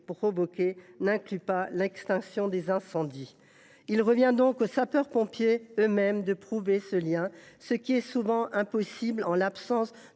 n’inclut pas l’extinction des incendies. Il revient donc aux intéressés eux mêmes de prouver ce lien, ce qui est souvent impossible en l’absence